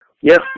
Yes